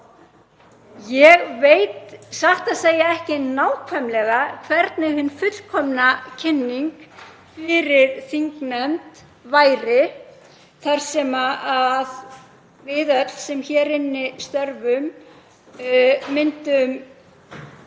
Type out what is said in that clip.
Ég veit satt að segja ekki nákvæmlega hvernig hin fullkomna kynning fyrir þingnefnd væri þar sem við öll sem hér inni störfum myndum í